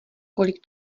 kolik